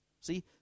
See